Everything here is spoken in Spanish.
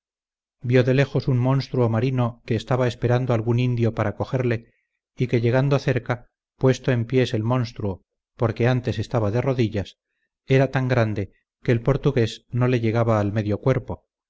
de lejos un monstruo marino que estaba esperando algún indio para cogerle y que llegando cerca puesto en pies el monstruo porque antes estaba de rodillas era tan grande que el portugués no le llegaba al medio cuerpo